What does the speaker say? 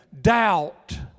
doubt